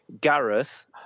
Gareth